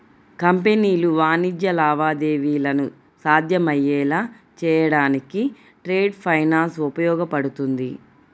కంపెనీలు వాణిజ్య లావాదేవీలను సాధ్యమయ్యేలా చేయడానికి ట్రేడ్ ఫైనాన్స్ ఉపయోగపడుతుంది